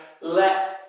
let